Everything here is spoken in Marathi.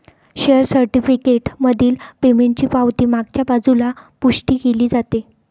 शेअर सर्टिफिकेट मधील पेमेंटची पावती मागच्या बाजूला पुष्टी केली जाते